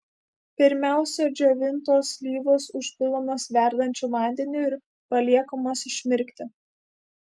pirmiausia džiovintos slyvos užpilamos verdančiu vandeniu ir paliekamos išmirkti